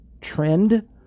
trend